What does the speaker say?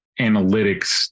analytics